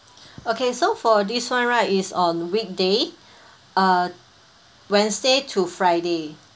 okay so for this one right is on weekday uh wednesday to friday